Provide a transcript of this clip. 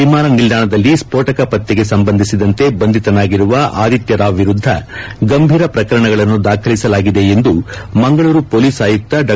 ವಿಮಾನ ನಿಲ್ದಾಣ ದಲ್ಲಿ ಸ್ತೋಟಕ ಪತ್ತೆಗೆ ಸಂಬಂಧಿಸಿದಂತೆ ಬಂಧಿತನಾಗಿರುವ ಆದಿತ್ಯ ರಾವ್ ವಿರುದ್ದ ಗಂಭೀರ ಪ್ರಕರಣಗಳನ್ನು ದಾಖಲಿಸಲಾಗಿದೆ ಎಂದು ಮಂಗಳೂರು ಪೊಲೀಸ್ ಆಯುಕ್ತ ಡಾ